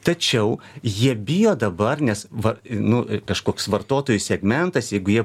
tačiau jie bijo dabar nes va nu kažkoks vartotojų segmentas jeigu jie